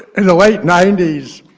in the late ninety s,